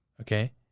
okay